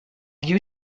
you